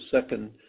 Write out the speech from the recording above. second